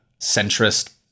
centrist